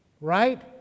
right